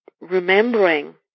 remembering